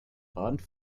warnt